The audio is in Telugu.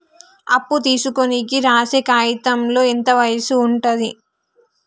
అప్పు తీసుకోనికి రాసే కాయితంలో ఎంత వయసు ఉంటది?